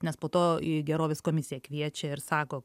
nes po to į gerovės komisiją kviečia ir sako